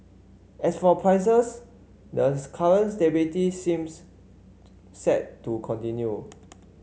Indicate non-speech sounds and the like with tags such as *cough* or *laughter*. as for prices the *unintelligible* current stability seems set to continue